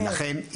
לכן,